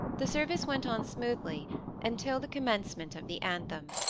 the service went on smoothly until the commencement of the anthem.